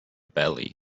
belly